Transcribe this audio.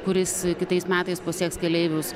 kuris kitais metais pasieks keleivius